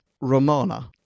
Romana